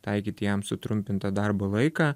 taikyt jam sutrumpintą darbo laiką